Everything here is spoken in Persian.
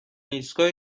ایستگاه